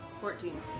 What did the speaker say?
Fourteen